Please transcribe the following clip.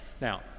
Now